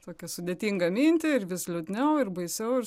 tokią sudėtingą mintį ir vis liūdniau ir baisiau ir